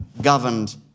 governed